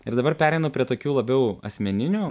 ir dabar pereinu prie tokių labiau asmeninių